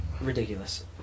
ridiculous